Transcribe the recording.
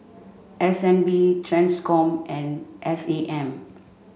S N B TRANSCOM and S A M